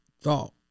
thought